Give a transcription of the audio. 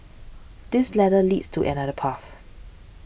this ladder leads to another path